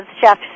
Chef